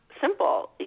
simple